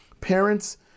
Parents